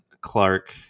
Clark